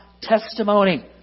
testimony